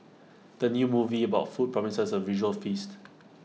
the new movie about food promises A visual feast